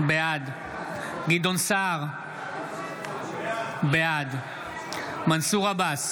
בעד גדעון סער, בעד מנסור עבאס,